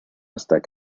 stuck